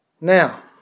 Now